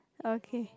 okay